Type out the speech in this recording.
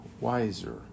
wiser